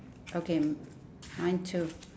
okay mine too